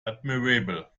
admirable